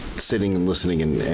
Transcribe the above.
sitting and listening and